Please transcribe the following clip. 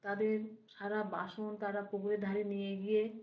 তাদের সারা বাসন তারা পুকুরের ধারে নিয়ে গিয়ে